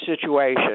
situation